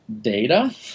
data